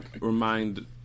Remind